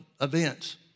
events